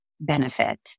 benefit